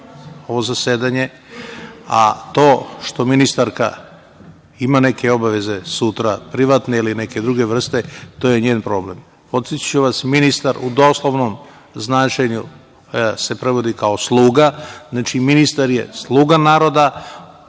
ovo zasedanje, a to što ministarka ima neke obaveze sutra privatne, ili neke druge vrste, to je njen problem. Podsetiću vas, ministar u doslovnom značenju se prevodi kao sluga. Znači, ministar je sluga naroda.